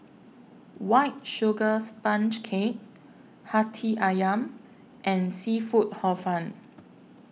White Sugar Sponge Cake Hati Ayam and Seafood Hor Fun